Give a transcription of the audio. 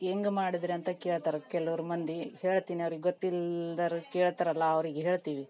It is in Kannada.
ಹೆಂಗ್ ಮಾಡಿದ್ರಿ ಅಂತ ಕೇಳ್ತಾರೆ ಕೆಲವರು ಮಂದಿ ಹೇಳ್ತಿನಿ ಅವ್ರಿಗೆ ಗೊತ್ತಿಲ್ದೋರು ಕೇಳ್ತಾರಲ್ಲ ಅವ್ರಿಗೆ ಹೇಳ್ತಿವಿ